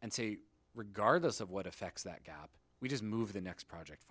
and say regardless of what affects that gap we just move the next project